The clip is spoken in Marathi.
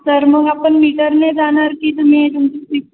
तर मग आपण मीटरने जाणार की तुम्ही तुमची